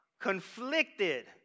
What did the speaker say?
Conflicted